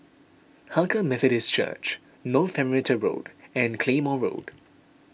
Hakka Methodist Church North Perimeter Road and Claymore Road